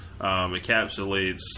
encapsulates